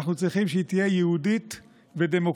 אנחנו צריכים שהיא תהיה יהודית ודמוקרטית,